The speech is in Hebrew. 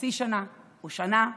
חצי שנה או שנה,